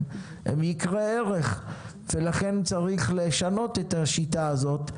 הם יקרי ערך ולכן צריך לשנות את השיטה הזאת.